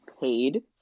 paid